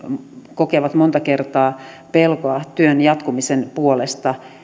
kokevat monta kertaa pelkoa työn jatkumisen puolesta